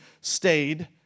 stayed